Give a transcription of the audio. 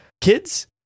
kids